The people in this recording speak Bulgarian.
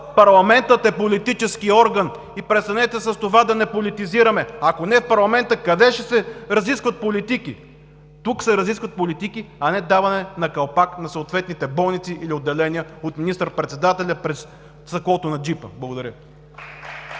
Парламентът е политически орган и престанете с това да не политизираме! Ако не в парламента, къде ще се разискват политики?! Тук се разискват политики, а не даване на калпак на съответните болници или отделения от министър-председателя през стъклото на джипа. Благодаря.